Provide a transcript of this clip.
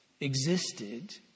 existed